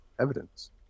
evidence